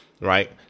right